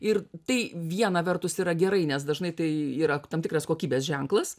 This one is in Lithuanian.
ir tai viena vertus yra gerai nes dažnai tai yra tam tikras kokybės ženklas